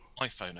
iPhone